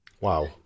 Wow